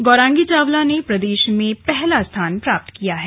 गौरांगी चावला ने प्रदेश में पहला स्थान प्राप्त किया है